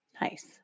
Nice